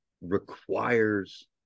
requires